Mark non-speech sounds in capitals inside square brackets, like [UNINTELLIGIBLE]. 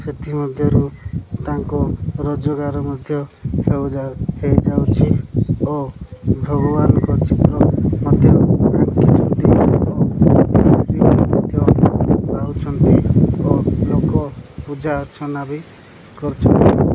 ସେଥିମଧ୍ୟରୁ ତାଙ୍କ ରୋଜଗାର ମଧ୍ୟ ହେଉ ହେଇଯାଉଛି ଓ ଭଗବାନଙ୍କ ଚିତ୍ର ମଧ୍ୟ ଆାଙ୍କିଛନ୍ତି ଓ [UNINTELLIGIBLE] ମଧ୍ୟ ପାଉଛନ୍ତି ଓ ଲୋକ ପୂଜା ଅର୍ଚ୍ଚନା ବି କରୁଛନ୍ତି